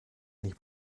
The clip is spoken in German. nicht